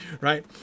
right